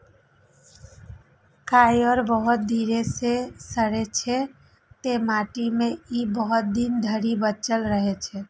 coir बहुत धीरे सं सड़ै छै, तें माटि मे ई बहुत दिन धरि बचल रहै छै